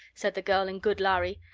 said the girl in good lhari.